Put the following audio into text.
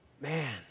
Man